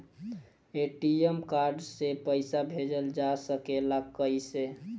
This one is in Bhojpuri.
ए.टी.एम कार्ड से पइसा भेजल जा सकेला कइसे?